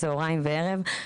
צוהריים וערב.